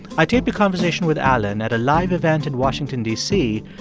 i taped a conversation with alan at a live event in washington, d c,